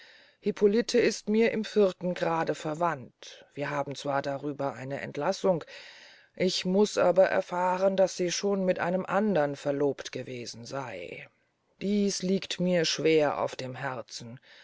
hippolite ist mir im vierten grade verwandt wir haben zwar darüber eine erlassung ich muß aber erfahren daß sie schon mit einem andern verlobt gewesen sey dies liegt mir schwer auf dem herzen